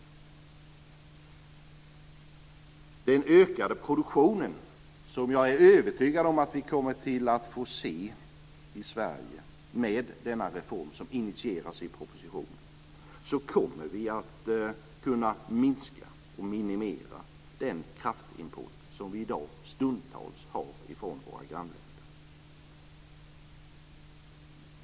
Med den ökade produktionen, som jag är övertygad om att vi kommer att få se i Sverige i och med denna reform som initieras i propositionen, kommer vi att kunna minska och minimera den kraftimport som vi i dag stundtals har från våra grannländer.